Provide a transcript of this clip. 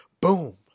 Boom